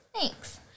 Thanks